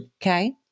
Okay